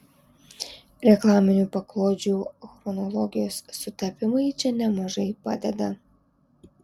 reklaminių paklodžių chronologijos sutapimai čia nemažai padeda